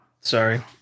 sorry